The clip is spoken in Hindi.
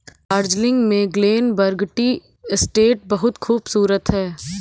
दार्जिलिंग में ग्लेनबर्न टी एस्टेट बहुत खूबसूरत है